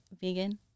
vegan